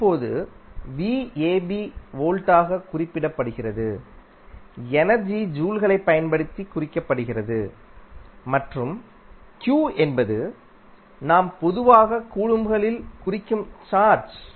இப்போது வோல்ட்டாக குறிப்பிடப்படுகிறது எனர்ஜி ஜூல்களைப் பயன்படுத்தி குறிக்கப்படுகிறது மற்றும் q என்பது நாம் பொதுவாக கூலொம்ப்களில் குறிக்கும் சார்ஜ்